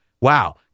Wow